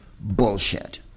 bullshit